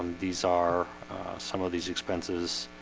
these are some of these expenses